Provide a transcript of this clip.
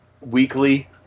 weekly